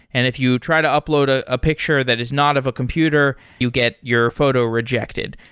and if you try to upload ah a picture that is not of a computer, you get your photo rejected.